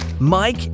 Mike